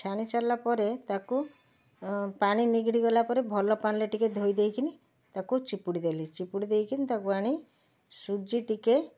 ଛାଣି ସାରିଲା ପରେ ତାକୁ ପାଣି ନିଗିଡ଼ି ଗଲାପରେ ଭଲ ପାଣିରେ ଟିକିଏ ଧୋଇଦେଇକିନି ତାକୁ ଚିପୁଡ଼ି ଦେଲି ଚିପୁଡ଼ି ଦେଇକିନି ତାକୁ ଆଣି ସୁଜି ଟିକିଏ